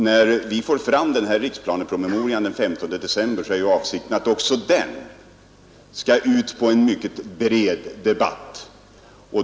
När vi fått fram denna riksplanepromemoria i mitten på december är avsikten, att även den skall skickas ut för en mycket bred debatt.